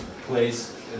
place